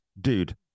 dude